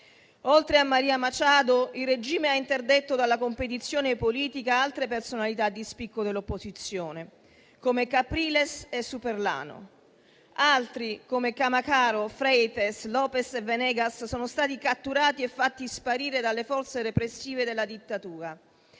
Oltre a Maria Machado, il regime ha interdetto dalla competizione politica altre personalità di spicco dell'opposizione, come Capriles e Superlano. Altri, come Camacaro, Freites, Lopez e Venegas sono stati catturati e fatti sparire dalle forze repressive della dittatura.